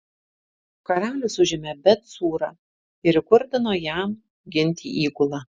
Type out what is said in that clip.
karalius užėmė bet cūrą ir įkurdino jam ginti įgulą